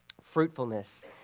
fruitfulness